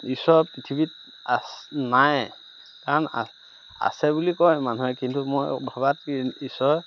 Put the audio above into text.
ঈশ্বৰ পৃথিৱীত আছে নাই কাৰণ আছে বুলি কয় মানুহে কিন্তু মই ভৱাত কি ঈশ্বৰ